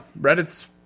Reddit's